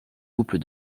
couples